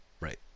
right